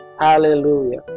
Hallelujah